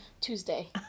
tuesday